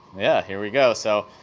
yeah, here we go, so,